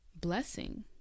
blessing